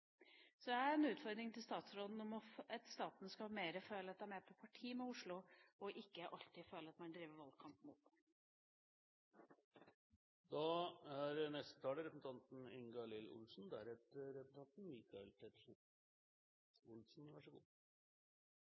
Så jeg har en utfordring til statsråden om at staten mer skal føle at den er på parti med Oslo, og ikke alltid føle at man driver valgkamp imot den. Hovedstadens utfordringer er